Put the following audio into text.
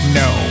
no